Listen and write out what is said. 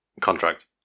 contract